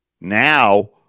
Now